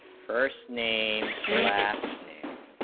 first name last name